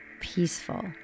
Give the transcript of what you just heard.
peaceful